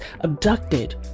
abducted